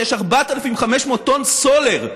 יש 4,500 טון סולר.